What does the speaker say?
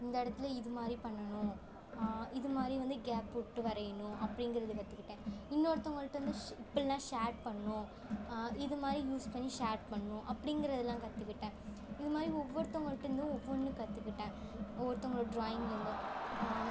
இந்த இடத்துல இதுமாதிரி பண்ணணும் இதுமாதிரி வந்து கேப் விட்டு வரையிணும் அப்படிங்குறது கற்றுக்கிட்டேன் இன்னொருத்தவங்கள்ட்டந்து ஷ் இப்படில்லாம் ஷேட் பண்ணும் இது மாதிரி யூஸ் பண்ணி ஷேட் பண்ணும் அப்படிங்கறதுலாம் கற்றுக்கிட்டேன் இதுமாதிரி ஒவ்வொருத்தவங்கள்ட்டந்தும் ஒவ்வொன்று கற்றுக்கிட்டேன் ஒருத்தங்கவங்களோட ட்ராயிங்லேந்தும்